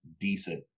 decent